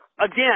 again